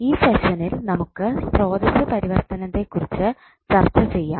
ഈ സെഷനിൽ നമുക്ക് സ്രോതസ്സ് പരിവർത്തനത്തെ കുറിച്ചു ചർച്ച ചെയാം